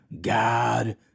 God